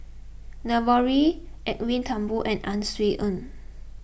Navrori Edwin Thumboo and Ang Swee Aun